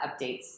updates